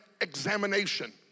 examination